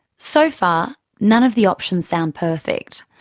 so far none of the options sound perfect.